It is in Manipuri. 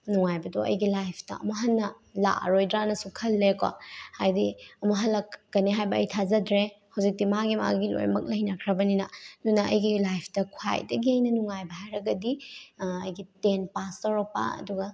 ꯅꯨꯡꯉꯥꯏꯕꯗꯣ ꯑꯩꯒꯤ ꯂꯥꯏꯐꯇ ꯑꯃꯨꯛ ꯍꯟꯅ ꯂꯥꯛꯑꯔꯣꯏꯗ꯭ꯔꯅꯁꯨ ꯈꯜꯂꯦꯀꯣ ꯍꯥꯏꯗꯤ ꯑꯃꯨꯛ ꯍꯜꯂꯛꯀꯅꯦ ꯍꯥꯏꯕ ꯑꯩ ꯊꯥꯖꯗ꯭ꯔꯦ ꯍꯧꯖꯤꯛꯇꯤ ꯃꯥꯒꯤ ꯃꯥꯒꯤ ꯂꯣꯏꯅꯃꯛ ꯂꯩꯅꯈ꯭ꯔꯕꯅꯤꯅ ꯑꯗꯨꯅ ꯑꯩꯒꯤ ꯂꯥꯏꯐꯇ ꯈ꯭ꯋꯥꯏꯗꯒꯤ ꯑꯩꯅ ꯅꯨꯡꯉꯥꯏꯕ ꯍꯥꯏꯔꯒꯗꯤ ꯑꯩꯒꯤ ꯇꯦꯟ ꯄꯥꯁ ꯇꯧꯔꯛꯄ ꯑꯗꯨꯒ